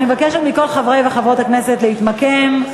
162. אני מבקשת מכל חברי וחברות הכנסת להתמקם,